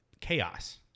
chaos